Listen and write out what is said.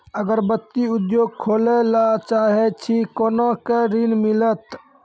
अगरबत्ती उद्योग खोले ला चाहे छी कोना के ऋण मिलत?